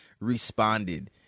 responded